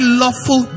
lawful